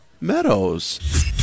Meadows